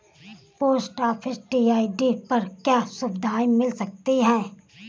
Post office TD पर क्या सुविधाएँ मिल सकती है?